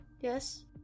Yes